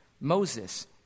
Moses